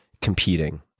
competing